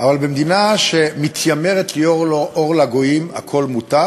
אבל במדינה שמתיימרת להיות אור לגויים הכול מותר,